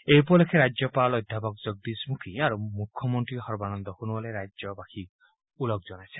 এই উপলক্ষে ৰাজ্যপাল অধ্যাপক জগদীশ মুখী আৰু মুখ্যমন্ত্ৰী সৰ্বানন্দ সোণোৱালে ৰাজ্য বাসিক ওঁলগ জনাইছে